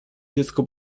dziecko